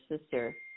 sister